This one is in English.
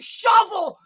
shovel